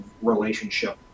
relationship